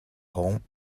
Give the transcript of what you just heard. home